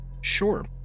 Sure